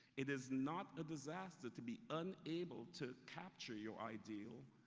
it is not a disaster to be unable to capture your ideal,